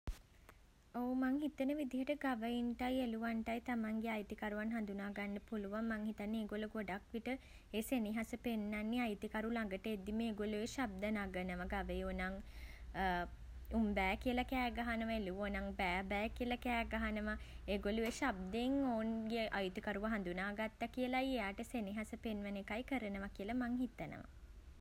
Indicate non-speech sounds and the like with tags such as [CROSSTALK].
ඔව් මං හිතන විදියට ගවයින්ටයි එළුවන්ටයි තමන්ගේ අයිතිකරුවන් හඳුනා ගන්න පුළුවන්. මං හිතන්නේ ඒගොල්ලෝ ගොඩක් විට ඒ සෙනෙහස පෙන්නන්නේ අයිතිකරු ළඟට එද්දිම ඒගොල්ලෝ ඒ ශබ්ද නගනවා. ගවයෝ නම් [HESITATION] උම්බෑ කියලා කෑ ගහනවා. එළුවෝ නම් බෑ බෑ කියලා කෑ ගහනවා. ඒගොල්ලෝ ඒ ශබ්දයෙන් ඔවුන්ගේ අයිතිකරුව හඳුනා ගත්ත කියලයි එයාට සෙනෙහස පෙන්වන එකයි කරනවා කියල මං හිතනවා.